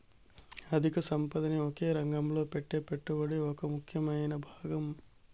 అధిక సంపదని ఒకే రంగంలో పెట్టే పెట్టుబడి ఒక ముఖ్యమైన భాగం